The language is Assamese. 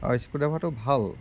অঁ স্ক্ৰুড্ৰাইভাৰটো ভাল